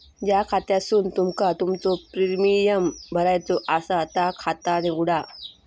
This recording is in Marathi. ज्या खात्यासून तुमका तुमचो प्रीमियम भरायचो आसा ता खाता निवडा